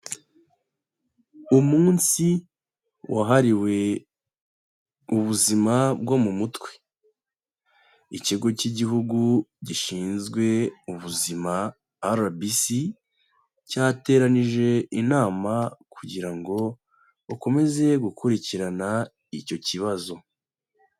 Umunsi wahariwe ubuzima bwo mu mutwe. Ikigo k'Igihugu Gishinzwe Ubuzima (RBC), cyateranije inama kugira ngo bakomeze gukurikirana icyo kibazo.